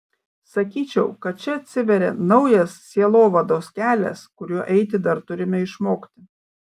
sakyčiau kad čia atsiveria naujas sielovados kelias kuriuo eiti dar turime išmokti